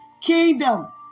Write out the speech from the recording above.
kingdom